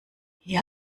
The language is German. hier